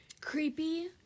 creepy